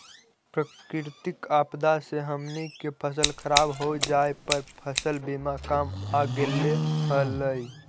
प्राकृतिक आपदा से हमनी के फसल खराब हो जाए पर फसल बीमा काम आ गेले हलई